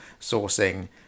sourcing